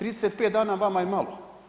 35 dana vama je malo.